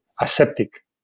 aseptic